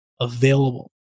available